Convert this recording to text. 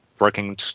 working